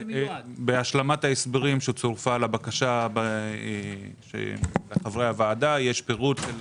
בהשלמת ההסברים לוועדה שצורפה לחברי הוועדה יש פירוט.